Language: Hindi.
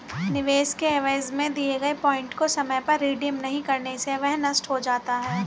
निवेश के एवज में दिए गए पॉइंट को समय पर रिडीम नहीं करने से वह नष्ट हो जाता है